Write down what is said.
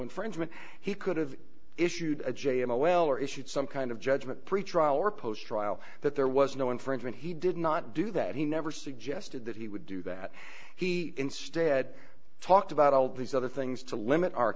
infringement he could've issued a j in a well or issued some kind of judgment pretrial or post trial that there was no infringement he did not do that he never suggested that he would do that he instead talked about all these other things to limit our